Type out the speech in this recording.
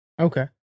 Okay